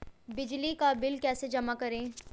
बिजली का बिल कैसे जमा करें?